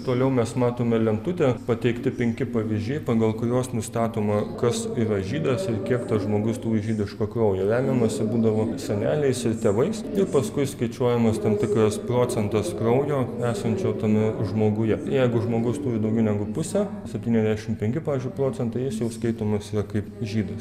toliau mes matome lentutę pateikti penki pavyzdžiai pagal kuriuos nustatoma kas yra žydas ir kiek tas žmogus turi žydiško kraujo remiamasi būdavo seneliais ir tėvais ir paskui skaičiuojamas tam tikras procentas kraujo esančio tame žmoguje jeigu žmogus turi daugiau negu pusę septyniasdešim penki pavyzdžiui procentai jis jau skaitomas yra kaip žydas